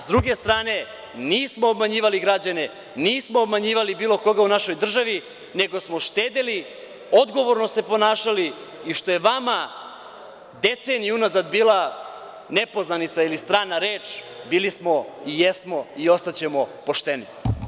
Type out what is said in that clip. Sa druge strane, nismo obmanjivali građane, nismo obmanjivali bilo koga u našoj državi, nego smo štedeli, odgovorno se ponašali i što je vama deceniju unazad bila nepoznanica ili strana reč, bili smo i ostaćemo pošteni.